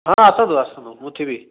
ହଁ ଆସନ୍ତୁ ଆସନ୍ତୁ ମୁଁ ଥିବି